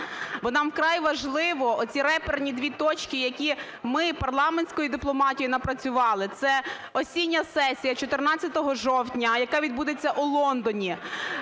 Бо нам вкрай важливо оці реперні дві точки, які ми парламентською дипломатією напрацювали, це осіння сесія 14 жовтня, яка відбудеться у Лондоні.